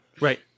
Right